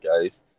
guys